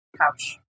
couch